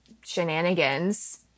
shenanigans